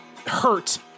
hurt